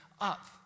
up